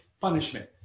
punishment